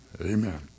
Amen